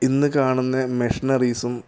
ഇന്ന് കാണുന്ന മെഷിനറീസും